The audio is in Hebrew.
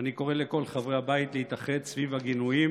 אני קורא לכל חברי הבית להתאחד סביב הגינויים